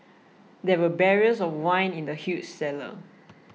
there were barrels of wine in the huge cellar